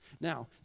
Now